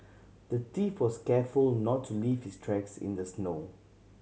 the thief was careful not to leave his tracks in the snow